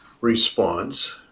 response